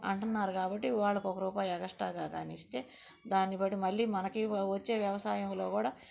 అంటన్నారు కాబట్టి వాళ్ళకి ఒక రూపాయి ఎక్స్ట్రాగా కానిస్తే దాన్ని బట్టి మళ్ళీ మనకీ వ వచ్చే వ్యవసాయంలో కూడా